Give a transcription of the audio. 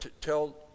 tell